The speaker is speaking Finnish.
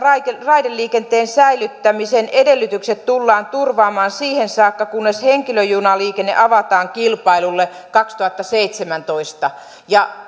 raideliikenteen säilyttämisen edellytykset tullaan turvaamaan siihen saakka kunnes henkilöjunaliikenne avataan kilpailulle kaksituhattaseitsemäntoista ja